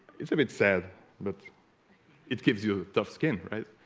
it's a bit sad but it gives you ah tough skin right